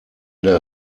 der